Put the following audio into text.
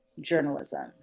journalism